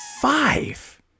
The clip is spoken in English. five